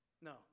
no